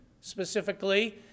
specifically